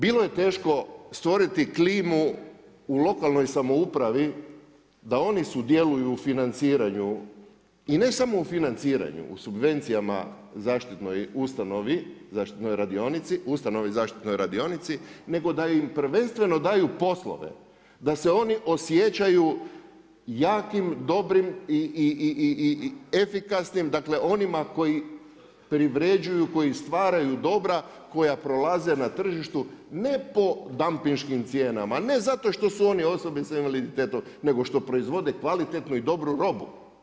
Bilo je teško stvoriti klimu u lokalnoj samoupravi da oni sudjeluju u financiranju i ne samo u financiranju u subvencijama zaštitnoj ustanovi, ustanovi zaštitnoj radionici nego da im prvenstveno daju poslove da se oni osjećaju jakim, dobrim i efikasnim dakle onima koji privređuju koji stvaraju dobra koja prolaze na tržištu ne po dampinškim cijenama, ne zato što su oni osobe s invaliditetom neto što proizvode kvalitetnu i dobru robu.